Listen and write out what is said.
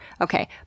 okay